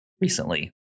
recently